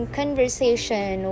conversation